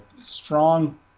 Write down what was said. strong